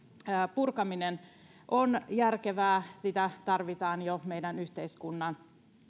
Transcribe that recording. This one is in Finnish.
purkaminen on järkevää sitä tarvitaan jo meidän yhteiskunnan